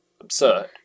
Absurd